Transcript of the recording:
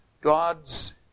God's